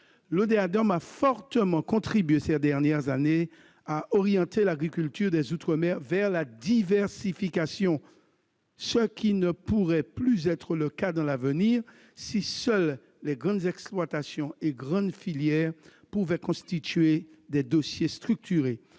l'Odéadom a fortement contribué, ces dernières années, à orienter l'agriculture des outre-mer vers la diversification. Cela ne pourrait plus être le cas à l'avenir si seules les grandes exploitations et les grandes filières pouvaient constituer des dossiers structurés,